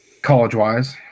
College-wise